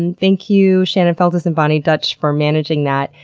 and thank you, shannon feltus, and boni dutch for managing that,